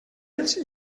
ells